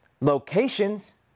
locations